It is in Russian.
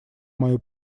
мою